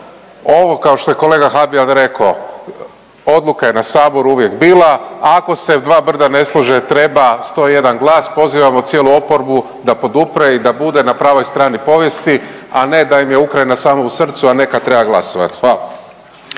Ovo kao što je kolega Habijan rekao, odluka je na Saboru uvijek bila. Ako se dva brda ne slaže treba 101 glas. Pozivamo cijelu oporbu da podupre i da bude na pravoj strani povijesti, a ne da im je Ukrajina samo u srcu, a ne kad treba glasovat. Hvala.